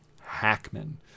Hackman